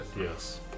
Yes